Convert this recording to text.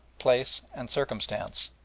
place, and circumstances,